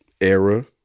era